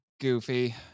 goofy